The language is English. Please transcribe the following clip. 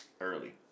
early